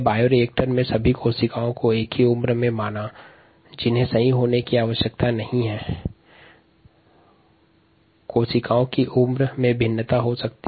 bioreactor में सभी कोशिका एक ही आयु में नहीं होती है इनकी उम्र में भिन्नता हो सकती हैं